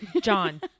John